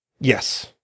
Yes